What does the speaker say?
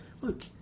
look